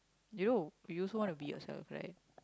you know you also want to be yourself right